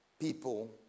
people